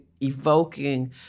evoking